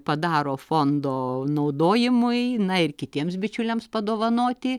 padaro fondo naudojimui na ir kitiems bičiuliams padovanoti